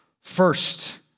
First